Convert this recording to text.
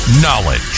Knowledge